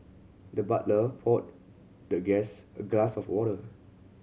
the butler poured the guest a glass of water